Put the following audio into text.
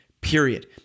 Period